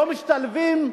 לא משתלבים.